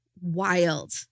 wild